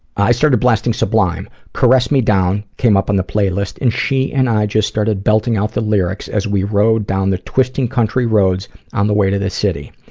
i started blasting sublime. caress me down came up on the playlist and she and i just started belting out the lyrics as we rode down the twisting country roads on the way to the city.